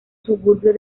suburbio